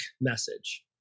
message